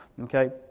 Okay